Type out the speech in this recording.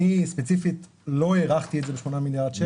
אני ספציפית לא הערכתי את זה ב-8 מיליארד שקל.